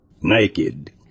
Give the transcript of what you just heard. naked